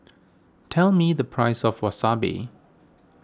tell me the price of Wasabi